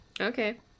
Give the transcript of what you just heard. Okay